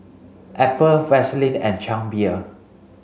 Apple Vaseline and Chang Beer